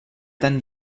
dann